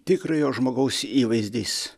tikrojo žmogaus įvaizdis